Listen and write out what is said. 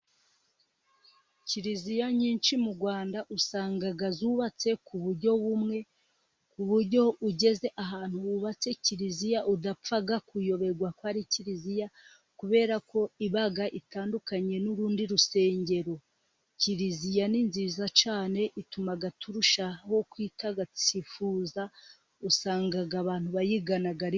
Kiliziya nyinshi mu Rwanda usanga zubatse ku buryo bumwe, ku buryo ugeze ahantu bubatse kiliziya utapfa kuyoberwa ko ari kiliziya, kubera ko iba itandukanye n'urundi rusengero. Kiliziya ni nziza cyane, ituma turushaho kwitagatifuza, usanga abantu bayigana ari benshi.